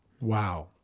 Wow